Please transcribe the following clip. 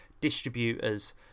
distributors